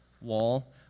wall